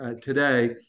today